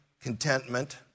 contentment